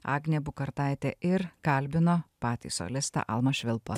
agnė bukartaitė ir kalbino patį solistą almą švilpą